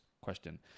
question